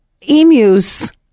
emus